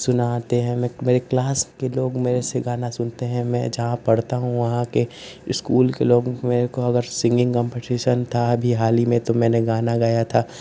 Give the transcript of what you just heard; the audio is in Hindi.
सुनाते हैं बहुत क्लास के लोग मुझसे गाना सुनते हैं मैं जहाँ पढ़ता हूँ वहाँ के स्कूल के लोग मुझको सिन्गिन्ग कॉम्पटीशन था अभी हाल ही में तो मैंने गाना गाया था